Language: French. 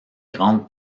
grande